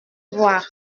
voir